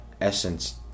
essence